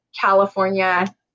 California